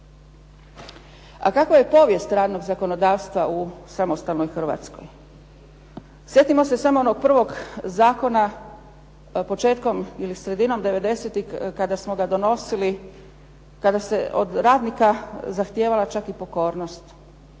A kakva je povijest radnog zakonodavstva u samostalnoj Hrvatskoj? Sjetimo se samo onog prvog zakona, početkom ili sredinom 90-ih kada smo ga donosili, kada se od radnika zahtijevala čak i pokornost.